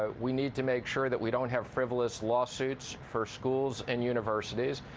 but we need to make sure that we don't have frivolous lawsuits for schools and universities.